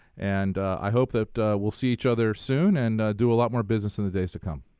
and i hope that we'll see each other soon and do a lot more business in the days to come.